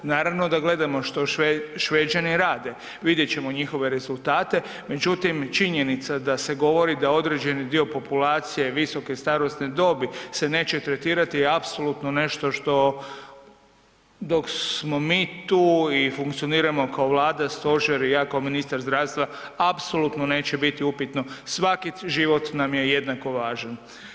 Naravno da gledamo što Šveđani rade, vidjet ćemo njihove rezultate, međutim činjenica da se govori da određeni dio populacije visoke starosne dobi se neće tretirati je apsolutno nešto što dok smo mi tu i funkcioniramo kao Vlada, stožer i ja kao ministar zdravstva apsolutno neće biti upitno, svaki život nam je jednako važan.